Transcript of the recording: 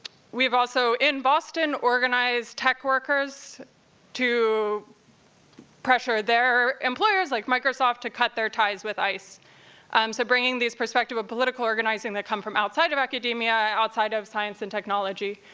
we've also, in boston, organized tech workers to pressure their employers, like microsoft, to cut their ties with ice. um so bringing these perspective of political organizing that come from outside of academia, outside of science and technology,